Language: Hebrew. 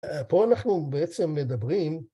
‫פה אנחנו בעצם מדברים...